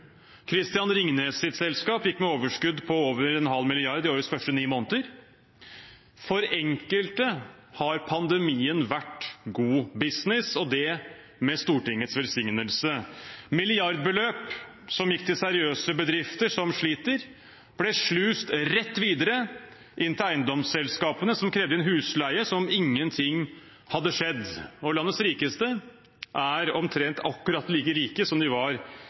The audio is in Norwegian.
selskap gikk med overskudd på over en halv milliard i årets første ni måneder. For enkelte har pandemien vært god business – og det med Stortingets velsignelse. Milliardbeløp som gikk til seriøse bedrifter som sliter, ble sluset rett videre inn til eiendomsselskapene, som krevde inn husleie som om ingenting hadde skjedd. Landets rikeste er omtrent akkurat like rike som de var